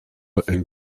and